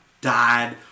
died